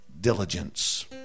diligence